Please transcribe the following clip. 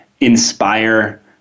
inspire